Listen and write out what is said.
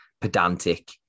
pedantic